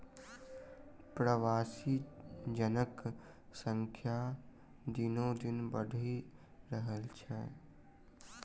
प्रवासी जनक संख्या दिनोदिन बढ़ि रहल अछि